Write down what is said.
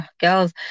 girls